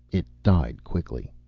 it died quickly.